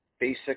basic